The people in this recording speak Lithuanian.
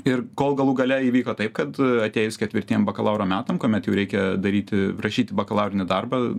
ir kol galų gale įvyko taip kad atėjus ketvirtiem bakalauro metam kuomet jau reikia daryti rašyti bakalaurinį darbą